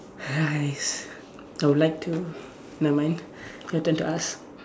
!hais! I would like to nevermind your turn to ask